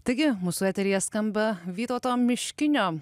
taigi mūsų eteryje skamba vytauto miškinio